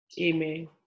amen